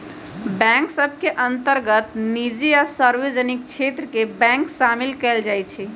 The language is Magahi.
बैंक सभ के अंतर्गत निजी आ सार्वजनिक क्षेत्र के बैंक सामिल कयल जाइ छइ